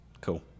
Cool